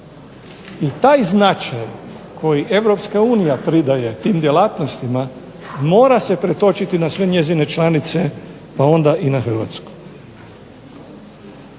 I taj značaj koji EU pridaje tim djelatnostima mora se pretočiti na sve njezine članice pa onda i na Hrvatsku.